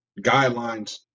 guidelines